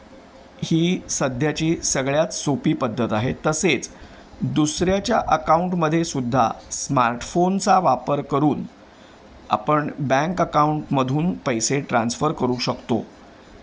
ही सध्याची सगळ्यात सोपी पद्धत आहे तसेच दुसऱ्याच्या अकाउंटमध्ये सुद्धा स्मार्टफोनचा वापर करून आपण बँक अकाउंटमधून पैसे ट्रान्स्फर करू शकतो